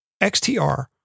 XTR